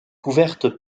couverte